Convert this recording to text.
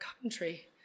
country